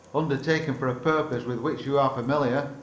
undertaken for a purpose with which you are familiar,